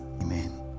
Amen